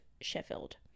Sheffield